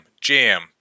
Jam